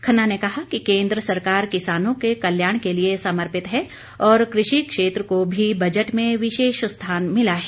खन्ना ने कहा कि केंद्र सरकार किसानों के कल्याण के लिए समर्पित है और कृषि क्षेत्र को भी बजट में विशेष स्थान मिला है